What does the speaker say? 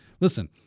Listen